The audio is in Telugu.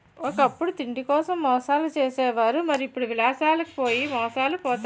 ఒకప్పుడు తిండికోసం మోసాలు చేసే వారు మరి ఇప్పుడు విలాసాలకు పోయి మోసాలు పోతారు